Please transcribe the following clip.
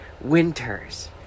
winters